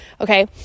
okay